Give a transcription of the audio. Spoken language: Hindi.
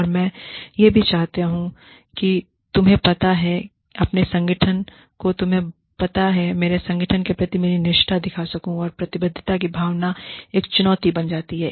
और मैं यह भी चाहती हूं कि तुम्हें पता है अपने संगठन को तुम्हें पता है मेरे संगठन के प्रति मेरी निष्ठा दिखा सकूँऔर प्रतिबद्धता की भावना एक चुनौती बन जाती है